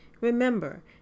Remember